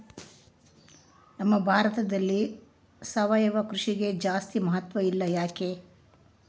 ನಮ್ಮ ಭಾರತದಲ್ಲಿ ಸಾವಯವ ಕೃಷಿಗೆ ಜಾಸ್ತಿ ಮಹತ್ವ ಇಲ್ಲ ಯಾಕೆ?